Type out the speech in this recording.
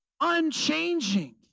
unchanging